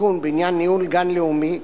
בעניין ניהול גן לאומי,